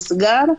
נסגרה,